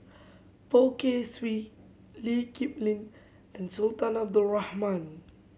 Poh Kay Swee Lee Kip Lin and Sultan Abdul Rahman